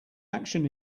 action